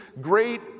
great